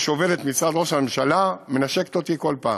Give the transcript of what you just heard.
יש עובדת במשרד ראש הממשלה שמנשקת אותי כל פעם,